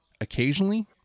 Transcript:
occasionally